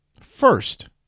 first